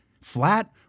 Flat